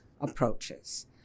approaches